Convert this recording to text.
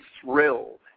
thrilled